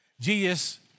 Jesus